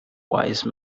wise